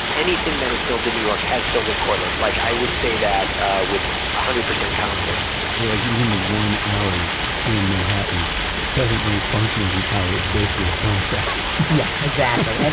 anything that is filmed in new york has filmed in cortlandt. like i would say that with one hundred percent confidence so like even the one alley in manhattan doesn't really function as an alley. it's basically a film set yeah, exactly.